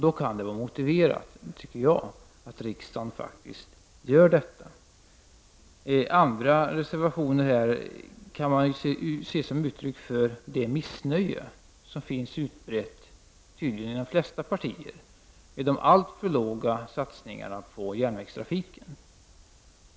Då kan det vara motiverat, tycker jag, att riksdagen får göra så. Reservationerna kan ses som uttryck för det missnöje som finns utbrett i tydligen de flesta partier med de alltför låga satsningarna på järnvägstrafiken.